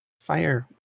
fire